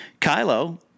Kylo